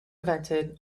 invented